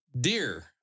dear